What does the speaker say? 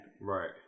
Right